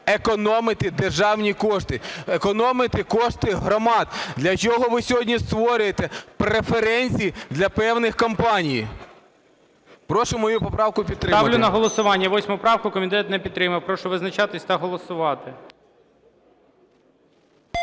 економити державні кошти, економити кошти громад? Для чого ви сьогодні створюєте преференції для певних компаній? Прошу мою поправку підтримати. ГОЛОВУЮЧИЙ. Ставлю на голосування 8 правку. Комітет не підтримав Прошу визначатися та голосувати.